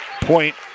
Point